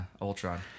Ultron